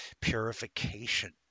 Purification